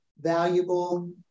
valuable